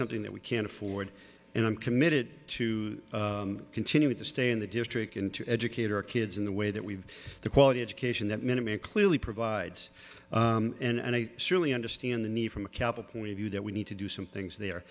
something that we can't afford and i'm committed to continuing to stay in the district in to educate our kids in the way that we've the quality education that minimum clearly provides and i certainly understand the need from a cap a point of view that we need to do some things there